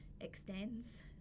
extends